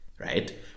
right